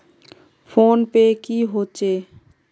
Phone पै की होचे?